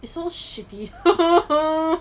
it's so shitty